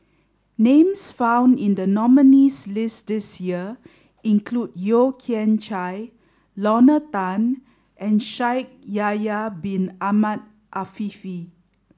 names found in the nominees' list this year include Yeo Kian Chye Lorna Tan and Shaikh Yahya bin Ahmed Afifi